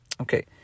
Okay